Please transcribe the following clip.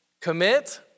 Commit